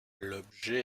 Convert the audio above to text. l’objet